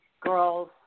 girls